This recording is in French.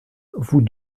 vous